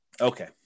Okay